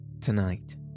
Tonight